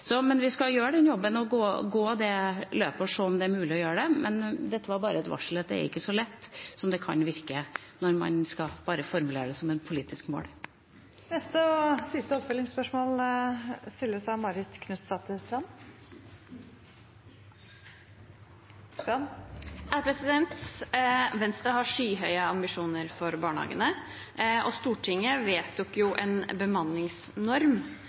Men vi skal gjøre den jobben og gå det løpet og se om det er mulig å gjøre det. Dette var bare et varsel om at det ikke er så lett som det kan virke, når man skal formulere det som et politisk mål. Marit Knutsdatter Strand – til siste oppfølgingsspørsmål. Venstre har skyhøye ambisjoner for barnehagene, og Stortinget vedtok en bemanningsnorm